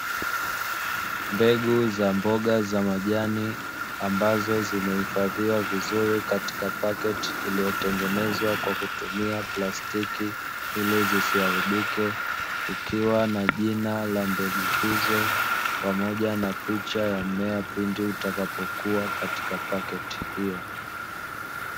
mbegu za mboga za majani ambazo zimehifadhiwa vizuri katika paketi iliyotengenezwa kwa kutumia plastiki eleze charibike, ukiwa na jina la mbegu hizo pamoja na picha ya mmea pindi utakapokuwa katika paketi hiyo